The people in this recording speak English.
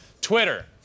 Twitter